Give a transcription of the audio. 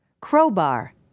Crowbar